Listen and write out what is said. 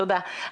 תודה.